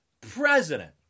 president